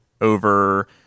over